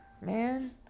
man